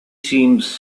seems